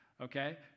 Okay